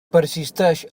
persisteix